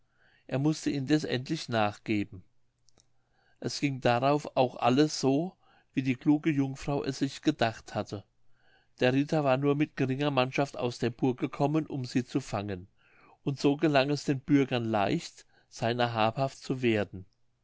er mußte indeß endlich nachgeben es ging darauf auch alles so wie die kluge jungfrau es sich gedacht hatte der ritter war nur mit geringer mannschaft aus der burg gekommen um sie zu fangen und so gelang es den bürgern leicht seiner habhaft zu werden